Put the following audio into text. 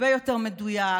הרבה יותר מדויק,